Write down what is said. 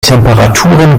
temperaturen